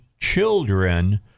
children